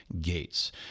gates